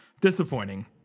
disappointing